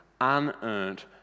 unearned